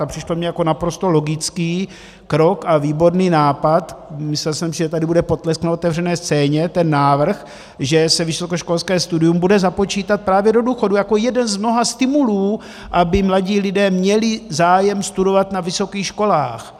A přišel mi jako naprosto logický krok a výborný nápad, myslel jsem, že bude potlesk na otevřené scéně, ten návrh, že se vysokoškolské studium bude započítávat právě do důchodu jako jeden z mnoha stimulů, aby mladí lidé měli zájem studovat na vysokých školách.